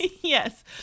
Yes